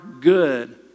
good